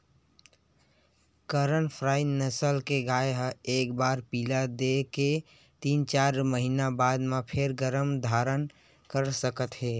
करन फ्राइ नसल के गाय ह एक बार पिला दे के तीन, चार महिना बाद म फेर गरभ धारन कर सकत हे